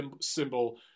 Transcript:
symbol